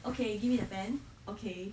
okay give me a pen okay